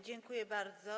Dziękuję bardzo.